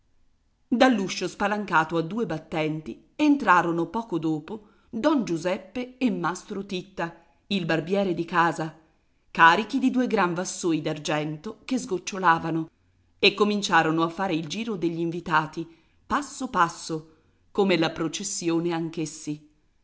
tu dall'uscio spalancato a due battenti entrarono poco dopo don giuseppe e mastro titta il barbiere di casa carichi di due gran vassoi d'argento che sgocciolavano e cominciarono a fare il giro degli invitati passo passo come la processione